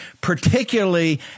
particularly